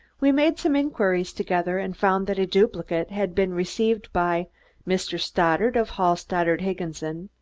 we made some inquiries together and found that a duplicate had been received by mr. stoddard, of hall-stoddard-higginson.